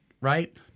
right